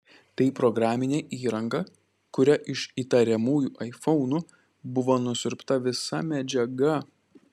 tai programinė įranga kuria iš įtariamųjų aifonų buvo nusiurbta visa medžiaga